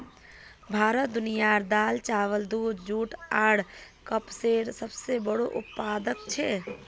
भारत दुनियार दाल, चावल, दूध, जुट आर कपसेर सबसे बोड़ो उत्पादक छे